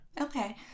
Okay